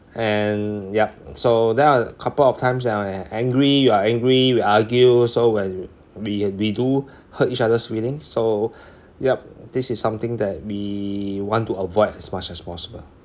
and yup so there are a couple of times when I'm angry you are angry we argue so when we had we do hurt each other's feelings so yup this is something that we want to avoid as much as possible